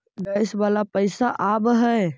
Gas वाला पैसा आव है?